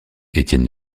étienne